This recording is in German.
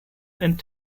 and